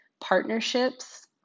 partnerships